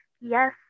yes